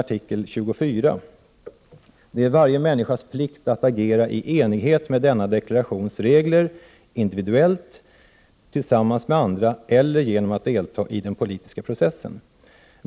Artikel 24: ”Det är varje människas 11 november 1988 plikt att agera i enlighet med denna deklarations regler, individuellty = ZZCQG Ör om tillsammans med andra eller genom att delta i den politiska processen.